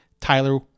Tyler